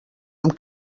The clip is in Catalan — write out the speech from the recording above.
amb